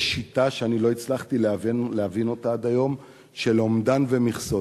יש שיטה שאני לא הצלחתי להבין אותה עד היום של אומדן ומכסות.